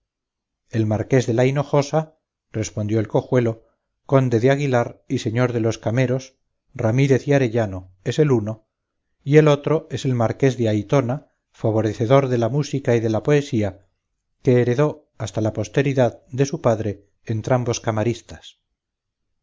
el marqués de la hinojosa respondió el cojuelo conde de aguilar y señor de los cameros ramírez y arellano es el uno y el otro es el marqués de aytona favorecedor de la música y de la poesía que heredó hasta la posteridad de su padre entrambos camaristas